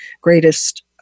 Greatest